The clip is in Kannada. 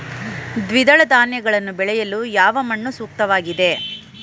ದ್ವಿದಳ ಧಾನ್ಯಗಳನ್ನು ಬೆಳೆಯಲು ಯಾವ ಮಣ್ಣು ಸೂಕ್ತವಾಗಿದೆ?